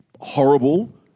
horrible